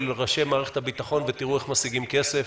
ראשי מערכת הביטחון ותראו איך משיגים כסף.